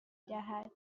دهد